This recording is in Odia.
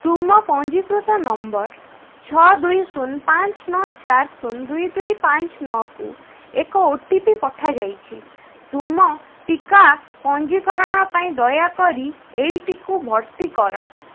ତୁମ ପଞ୍ଜୀକୃତ ନମ୍ବର ଛଅ ଦୁଇ ଶୂନ ପାଞ୍ଚ ନଅ ଚାରି ଶୂନ ଦୁଇ ଦୁଇ ପାଞ୍ଚ ନଅକୁ ଏକ ଓ ଟି ପି ପଠାଯାଇଛି ତୁମ ଟିକା ପଞ୍ଜୀକରଣ ପାଇଁ ଦୟାକରି ଏଇଟିକୁ ଭର୍ତ୍ତି କର